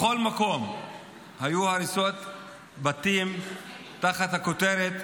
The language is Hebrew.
בכל מקום היו הריסות בתים תחת הכותרת